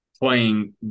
playing